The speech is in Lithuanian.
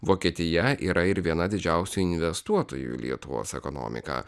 vokietija yra ir viena didžiausių investuotojų į lietuvos ekonomiką